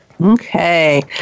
Okay